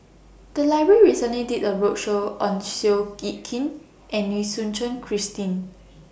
The Library recently did A roadshow on Seow Yit Kin and Lim Suchen Christine